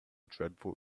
dreadful